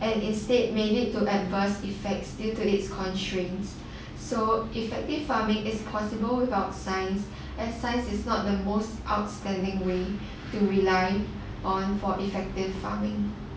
and instead made it to adverse effects due to its constraints so effective farming is possible without science as science is not the most outstanding way to rely on for effective farming